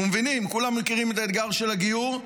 אנחנו מבינים, כולם מכירים את האתגר של הגיור.